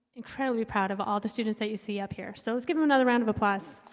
incredibly proud of all the students that you see up here. so let's give them another round of applause